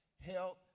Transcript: health